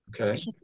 Okay